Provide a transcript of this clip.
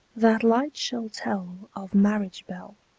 that light shall tell of marriage-bell,